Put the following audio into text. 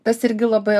tas irgi labai